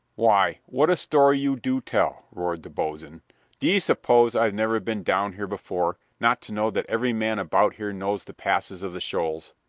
why, what a story you do tell! roared the boatswain. d'ye suppose i've never been down here before, not to know that every man about here knows the passes of the shoals?